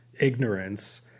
ignorance